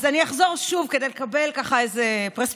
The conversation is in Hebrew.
אז אני אחזור שוב, כדי לקבל, ככה, איזו פרספקטיבה.